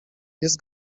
jest